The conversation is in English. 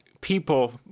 people